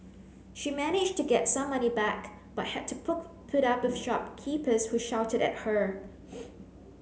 she managed to get some money back but had to put up with shopkeepers who shouted at her